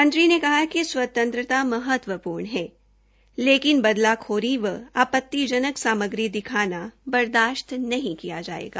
मंत्री ने कहा कि स्वतंत्रता महत्वपूर्ण है लेकिन बदला व आपत्तिजनक सामग्री दिखाना बर्दाशत नहीं किया जायेगा